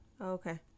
Okay